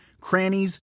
crannies